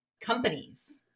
companies